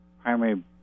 primary